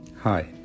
Hi